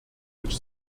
which